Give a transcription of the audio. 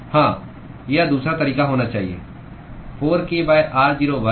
हाँ यह दूसरा तरीका होना चाहिए 4 k r0 वर्ग